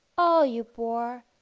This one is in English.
all you bore,